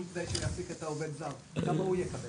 והוא יצטרך להעסיק את העובד הזר כמה הוא יקבל?